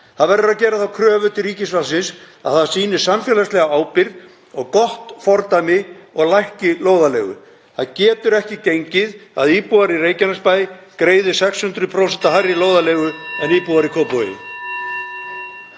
Það verður að gera þá kröfu til ríkisvaldsins að það sýni samfélagslega ábyrgð og gott fordæmi og lækki lóðarleigu. Það getur ekki gengið að íbúar í Reykjanesbæ greiði 600% hærri lóðarleigu en íbúar í Kópavogi.